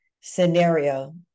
scenario